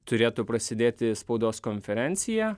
turėtų prasidėti spaudos konferencija